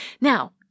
Now